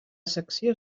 secció